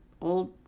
old